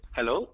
Hello